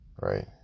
Right